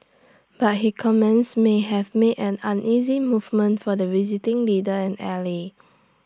but his comments may have made an uneasy movement for the visiting leader and ally